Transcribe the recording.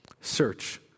search